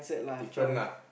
different lah